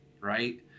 right